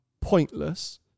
pointless